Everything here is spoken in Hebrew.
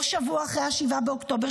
לא בזו שבשבוע אחרי 7 באוקטובר,